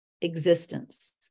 existence